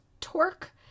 torque